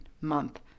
month